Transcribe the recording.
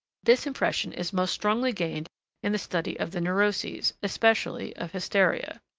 this impression is most strongly gained in the study of the neuroses, especially of hysteria.